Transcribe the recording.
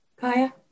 Kaya